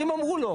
20 אמרו לא.